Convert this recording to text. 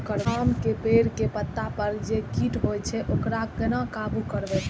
आम के पेड़ के पत्ता पर जे कीट होय छे वकरा केना काबू करबे?